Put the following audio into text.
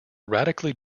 radically